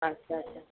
अच्छा अच्छा